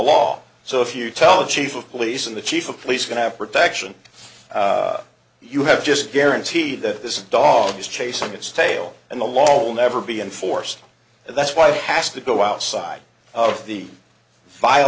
law so if you tell the chief of police and the chief of police going to have protection you have just guaranteed that this is a dog chasing its tail and the law will never be enforced and that's why he has to go outside of the vi